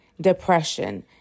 depression